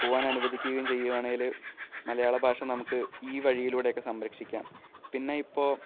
പോവാന് അനുവദിക്കുകയും ചെയ്യുകയാണെങ്കില് മലയാള ഭാഷ നമുക്ക് ഈ വഴിയിലൂടെയൊക്കെ സംരക്ഷിക്കാം പിന്നെ ഇപ്പോള്